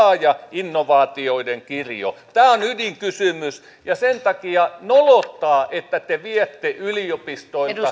laaja innovaatioiden kirjo tämä on ydinkysymys ja sen takia nolottaa että te viette yliopistoilta